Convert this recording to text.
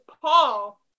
Paul